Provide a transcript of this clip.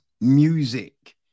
music